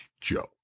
Joe